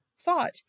thought